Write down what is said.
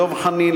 לדב חנין,